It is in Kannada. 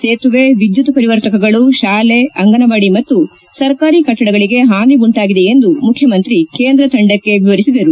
ಸೇತುವೆ ವಿದ್ಲುತ್ ಪರಿವರ್ತಕಗಳು ಶಾಲೆ ಅಂಗನವಾಡಿ ಮತ್ತು ಸರ್ಕಾರಿ ಕಟ್ಟಡಗಳಿಗೆ ಹಾನಿ ಉಂಟಾಗಿದೆ ಎಂದು ಮುಖ್ಯಮಂತ್ರಿ ಕೇಂದ್ರ ತಂಡಕ್ಕೆ ವಿವರಿಸಿದರು